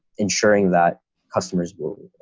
ensuring that customers will